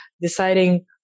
deciding